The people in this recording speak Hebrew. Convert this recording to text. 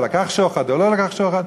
שהוא לקח שוחד או לא לקח שוחד.